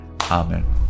amen